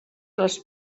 les